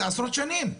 זה עשרות שנים.